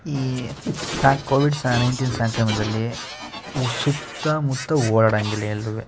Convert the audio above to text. ಈ ಸಹಾ ಕೋವಿಡ್ ಸಹಾ ನೈನಟೀನ್ ಸಾಂಕ್ರಮದಲ್ಲಿ ಉ ಸುತ್ತಮುತ್ತ ಓಡಾಡೋಂಗಿಲ್ಲ ಎಲ್ಲೂ